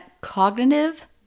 cognitive